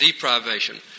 deprivation